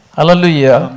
Hallelujah